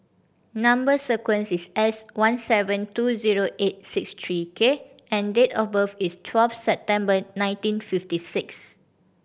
number sequence is S one seven two zero eight six three K and date of birth is twelve September nineteen fifty six